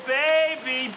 baby